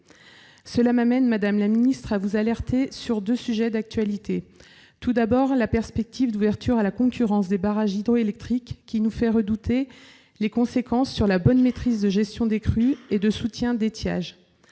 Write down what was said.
Cela me conduit, madame la ministre, à vous alerter sur deux sujets d'actualité. Tout d'abord, la perspective d'ouverture à la concurrence des barrages hydroélectriques nous fait redouter les conséquences sur la bonne maîtrise de gestion des crues et de soutien d'étiage.